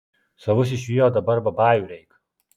savus išvijo dabar babajų reik